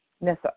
Nessa